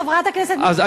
חברת הכנסת מירי רגב,